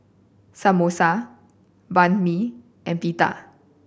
Samosa Banh Mi and Pita